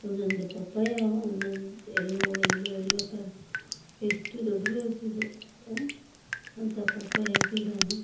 ಒಂದೊಂದು ಪಪ್ಪಾಯ ಒಂದೊಂದು ಯೆಲ್ಲೊ ಯೆಲ್ಲೊ ಯೆಲ್ಲೊ ಥರ ಎಷ್ಟು ದೊಡ್ಡದು ಬೆಳ್ಸಿದ್ದು ಅಂತ ಪಪ್ಪಾಯ ಗಿಡ